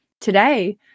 today